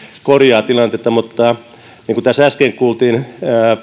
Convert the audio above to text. korjaa tilannetta mutta niin kuin tässä äsken kuultiin